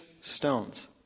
stones